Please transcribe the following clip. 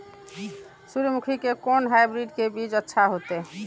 सूर्यमुखी के कोन हाइब्रिड के बीज अच्छा होते?